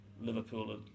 Liverpool